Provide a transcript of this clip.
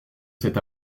cet